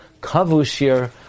Kavushir